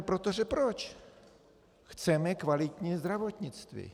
Protože chceme kvalitní zdravotnictví.